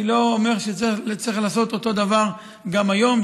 אני לא אומר שצריך לעשות אותו הדבר גם היום,